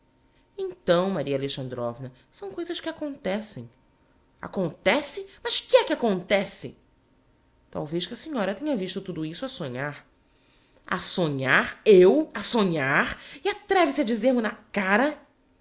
então maria alexandrovna são coisas que acontecem acontece mas que é que acontece talvez que a senhora tenha visto tudo isso a sonhar a sonhar eu a sonhar e atreve se a dizer mo na cara